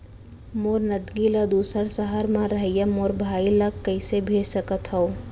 मोर नगदी ला दूसर सहर म रहइया मोर भाई ला कइसे भेज सकत हव?